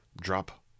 drop